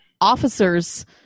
officers